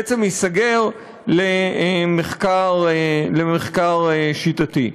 בעצם ייסגר למחקר שיטתי.